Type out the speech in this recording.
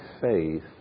faith